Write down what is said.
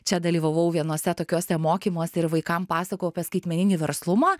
čia dalyvavau vienuose tokiuose mokymuose ir vaikam pasakojau apie skaitmeninį verslumą